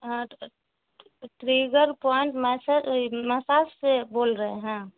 ہاں تو سر تو ٹریگر پوائنٹ مساج سے بول رہے ہیں